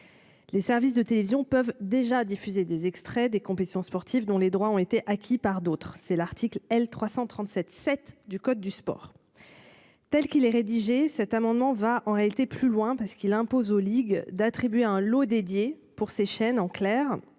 Les services de télévision peuvent déjà diffusé des extraits des compétitions sportives dont les droits ont été acquis par d'autres, c'est l'article L. 337 7 du code du sport. Tel qu'il est rédigé cet amendement va en réalité plus loin parce qu'il impose aux ligues d'attribuer un lot dédié pour ces chaînes en clair